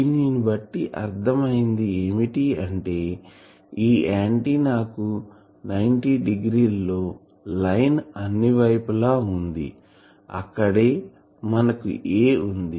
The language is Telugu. దీనిని బట్టి అర్ధం అయినది ఏమిటి అంటే ఈ ఆంటిన్నాకు 90 డిగ్రీలు లో లైన్ అన్ని వైపులా వుంది అక్కడే మనకు a వుంది